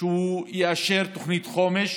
שהוא יאשר תוכנית חומש